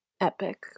epic